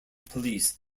police